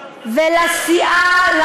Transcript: ולסיעה,